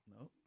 no